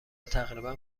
تقریبا